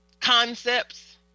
concepts